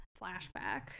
flashback